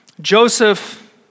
Joseph